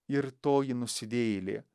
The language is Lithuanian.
ir toji nusidėjėlė